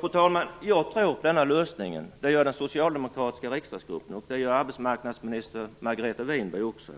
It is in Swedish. Fru talman! Jag tror på den här lösningen. Det gör den socialdemokratiska riksdagsgruppen och arbetsmarknadsminister Margareta Winberg också.